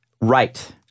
Right